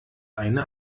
eine